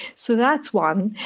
so that's one.